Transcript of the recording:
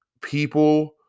people